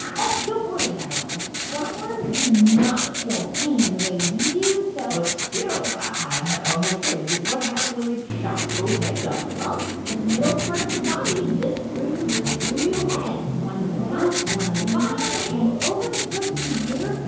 oh, don't worry, guy raz. flatworms do not feel pain the way we do, so. but still, i ok, what happened when they chopped both heads off? well, the middle part of the body just grew two new heads one on the top, one on the bottom. and over the course of the year,